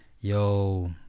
yo